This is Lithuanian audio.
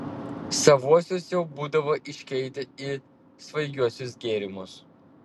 savuosius jau būdavo iškeitę į svaigiuosius gėrimus